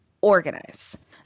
organize